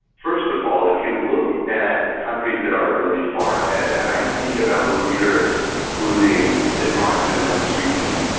first of all if you look at the countries that are really far ahead and i think about the leaders including denmark and then sweden,